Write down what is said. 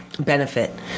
Benefit